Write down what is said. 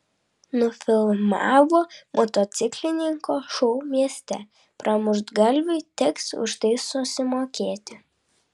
nufilmavo motociklininko šou mieste pramuštgalviui teks už tai susimokėti